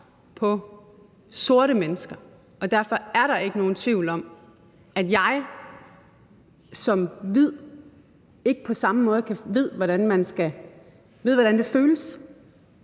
på sorte mennesker, og derfor er der ikke nogen tvivl om, at jeg som hvid ikke på samme måde ved, hvordan det føles, eller ved, hvordan det er.